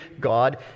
God